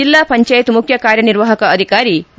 ಜಿಲ್ಲಾ ಪಂಚಾಯತ್ ಮುಖ್ಯ ಕಾರ್ಯನಿರ್ವಾಹಕ ಅಧಿಕಾರಿ ಬಿ